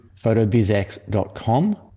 photobizx.com